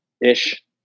ish